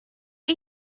are